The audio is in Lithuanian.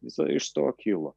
visa iš to kilo